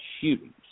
shootings